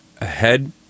Ahead